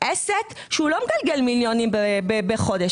עסק שלא מגלגל מיליונים בחודש.